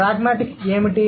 pragmatics ఏమిటి